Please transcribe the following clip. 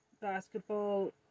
basketball